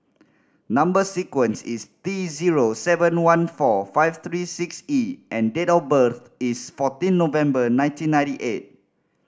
number sequence is T zero seven one four five three six E and date of birth is fourteen November nineteen ninety eight